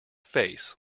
face